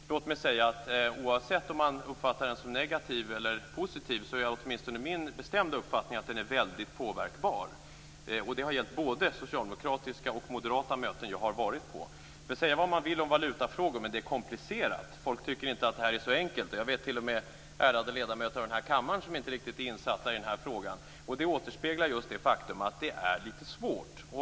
Låt mig säga att oavsett om uppfattningen är negativ eller positiv, är åtminstone min bestämda uppfattning att den är väldigt påverkbar. Det har gällt både vid socialdemokratiska och moderata möten som jag har varit på, för säga vad man vill om valutafrågor, men de är komplicerade. Folk tycker inte att det här är så enkelt. Jag vet att det t.o.m. finns ärade ledamöter i den här kammaren som inte är riktigt insatta i frågan. Det återspeglar just det faktum att det är litet svårt.